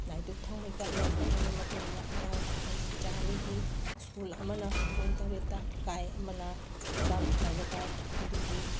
ꯂꯥꯏ ꯗꯨꯛ ꯊꯥꯎꯃꯩ ꯀꯠꯂꯦ ꯀꯠꯂꯕ ꯃꯇꯨꯡꯗ ꯑꯉꯥꯡ ꯑꯩꯒꯤ ꯏꯆꯥ ꯑꯅꯤꯒꯤ ꯁ꯭ꯀꯨꯜ ꯑꯃꯅ ꯄꯨꯡ ꯇꯔꯦꯠꯇ ꯀꯥꯏ ꯑꯃꯅ ꯅꯤꯄꯥꯜ ꯃꯈꯥꯏꯗ ꯀꯥꯏ ꯑꯗꯨꯒꯤ